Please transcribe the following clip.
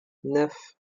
neuf